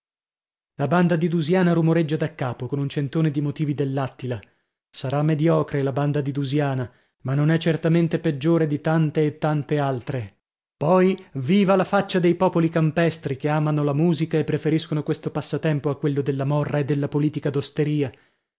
la banda di dusiana rumoreggia da capo con un centone di motivi dell'attila sarà mediocre la banda di dusiana ma non è certamente peggiore di tante e tante altre poi viva la faccia dei popoli campestri che amano la musica e preferiscono questo passatempo a quello della morra e della politica